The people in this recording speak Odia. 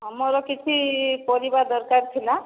ଆମର କିଛି ପରିବା ଦରକାର ଥିଲା